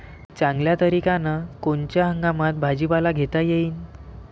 चांगल्या तरीक्यानं कोनच्या हंगामात भाजीपाला घेता येईन?